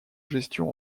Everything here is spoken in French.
gestion